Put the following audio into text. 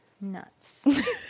nuts